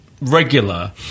regular